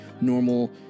normal